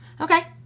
Okay